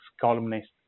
columnist